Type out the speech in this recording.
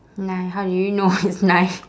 nine how do you know it's nine